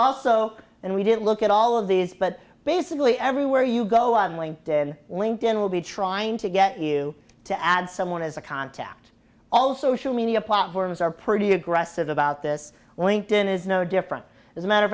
also and we did look at all of these but basically everywhere you go on linked in linked in will be trying to get you to add someone as a contact all social media platforms are pretty aggressive about this winked in is no different as a matter of